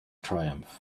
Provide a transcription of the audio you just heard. triumph